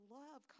love